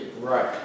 Right